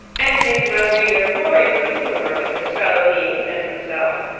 and make my reader more in good humour with his fellow beings and himself,